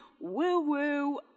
woo-woo